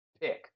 pick